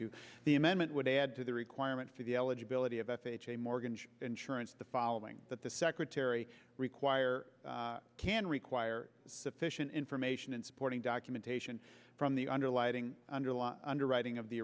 to the amendment would add to the requirement for the eligibility of f h a mortgage insurance the following that the secretary require can require sufficient information and supporting documentation from the underlying underlying underwriting of the